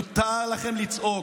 מותר לכם לצעוק.